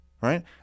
Right